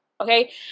Okay